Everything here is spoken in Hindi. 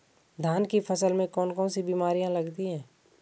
धान की फसल में कौन कौन सी बीमारियां लगती हैं?